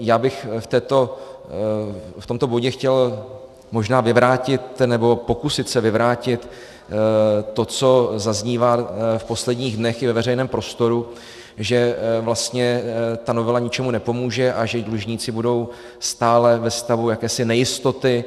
Já bych v tomto bodě chtěl možná vyvrátit, nebo se pokusit vyvrátit to, co zaznívá v posledních dnech i ve veřejném prostoru, že vlastně ta novela ničemu nepomůže a že dlužníci budou stále ve stavu jakési nejistoty.